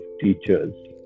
teachers